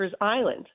Island